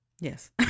yes